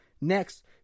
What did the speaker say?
Next